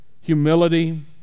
humility